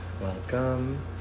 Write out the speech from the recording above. welcome